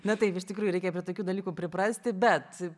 na taip iš tikrųjų reikia prie tokių dalykų priprasti bet